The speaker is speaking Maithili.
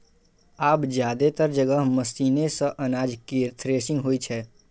आब जादेतर जगह मशीने सं अनाज केर थ्रेसिंग होइ छै